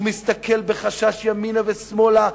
הוא מסתכל בחשש ימינה ושמאלה,